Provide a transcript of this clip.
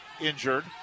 injured